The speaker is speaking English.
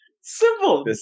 Simple